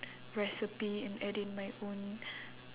recipe and adding my own